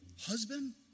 husband